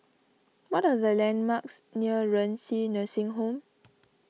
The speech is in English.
what are the landmarks near Renci Nursing Home